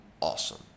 awesome